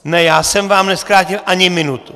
Ne, já jsem vám nezkrátil ani minutu.